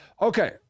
Okay